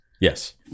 Yes